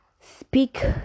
Speak